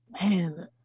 Man